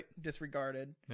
disregarded